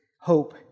hope